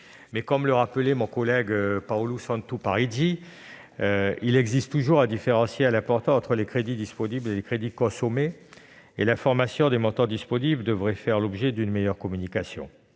comme le rappelait mon collègue Paulu Santu Parigi, il existe toujours un différentiel important entre les crédits disponibles et les crédits consommés, et les montants disponibles devraient faire l'objet d'une meilleure communication.